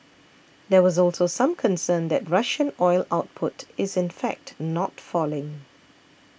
there was also some concern that Russian oil output is in fact not falling